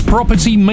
Property